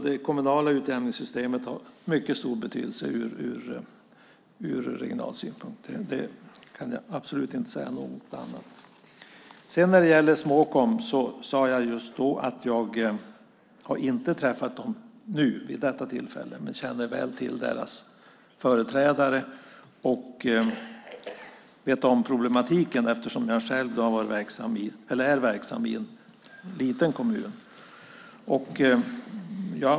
Det kommunala utjämningssystemet har mycket stor betydelse ur regional synpunkt. Jag kan absolut inte säga annat. Jag har inte träffat Småkom vid detta tillfälle, men känner väl till deras företrädare och problematiken eftersom jag själv är verksam i en liten kommun.